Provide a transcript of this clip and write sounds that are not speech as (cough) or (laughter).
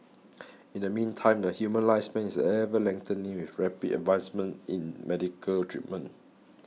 (noise) in the meantime the human lifespan is ever lengthening with rapid advancements in medical treatment